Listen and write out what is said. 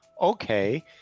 Okay